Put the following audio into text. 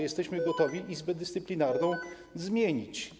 Jesteśmy gotowi Izbę Dyscyplinarną zmienić.